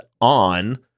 on